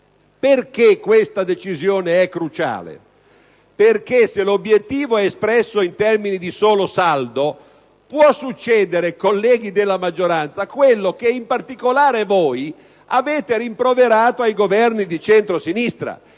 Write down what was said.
spesa. Questa decisione è cruciale, perché se l'obiettivo è espresso in termini di saldo può accadere, colleghi della maggioranza, quello che in particolare voi avete rimproverato ai Governi di centrosinistra,